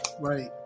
right